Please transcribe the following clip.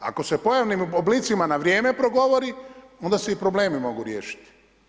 Ako se pojavnim oblicima na vrijeme progovori onda se i problemi mogu riješiti.